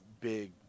big